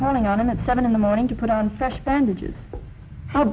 calling on him at seven in the morning to put on